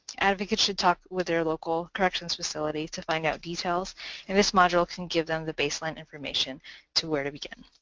advocates should talk with their local corrections facility to find out details and this module can give them the baseline information to where to begin.